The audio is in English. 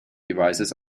devices